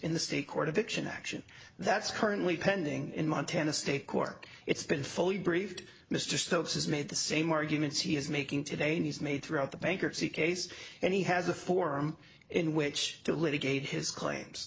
in the state court of fiction action that's currently pending in montana state court it's been fully briefed mr stokes has made the same arguments he is making today and he's made throughout the bankruptcy case and he has a forum in which to litigate his claims